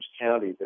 County